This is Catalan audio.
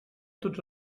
tots